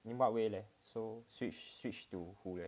in what way leh so switch switch to who